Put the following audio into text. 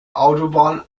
autobahn